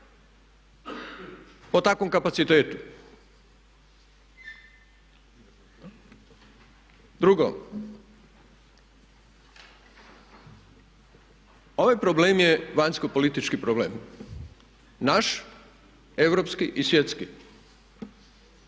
po takvom kapacitetu. Drugo, ovaj problem je vanjsko politički problem, naš, europski i svjetski.